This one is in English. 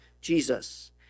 Jesus